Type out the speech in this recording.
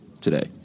today